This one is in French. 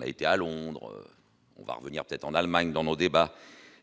a été à Londres, on va revenir peut-être en Allemagne, dans nos débats,